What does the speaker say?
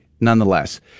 nonetheless